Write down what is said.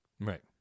Right